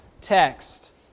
text